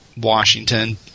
Washington